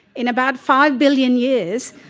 in about five billion years,